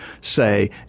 say